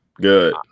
good